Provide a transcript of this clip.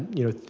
you know,